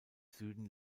süden